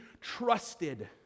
trusted